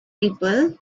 people